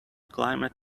climate